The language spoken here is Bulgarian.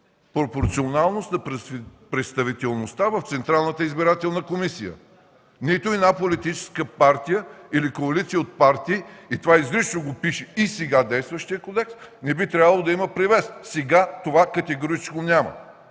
пропорционалност на представителността в Централната избирателна комисия. Нито една политическа партия или коалиция от партии, това изрично го пише и в сега действащия кодекс, не би трябвало да има превес. Сега това категорично го няма.